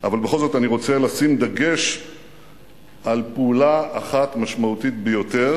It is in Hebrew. אבל בכל זאת אני רוצה לשים דגש על פעולה אחת משמעותית ביותר